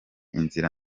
inzira